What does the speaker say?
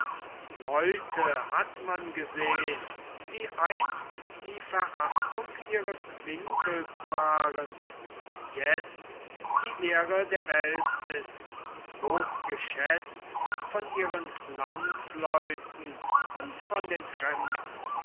leute hat man gesehn die einst die verachtung ihres winkels waren und jetzt die ehre der welt sind hochgeschätzt von ihren landsleuten und von den fremden